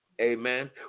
Amen